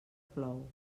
plou